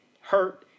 hurt